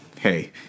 hey